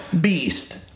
Beast